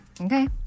Okay